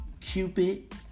Cupid